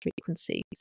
frequencies